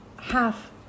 half